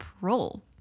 role